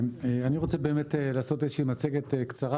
אני רוצה באמת לעשות איזושהי מצגת קצרה